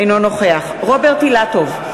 אינו נוכח רוברט אילטוב,